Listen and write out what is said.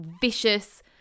vicious